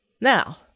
Now